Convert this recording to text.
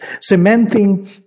cementing